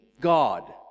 God